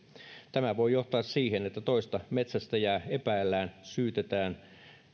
tämä voi johtaa siihen että toista metsästäjää epäillään syytetään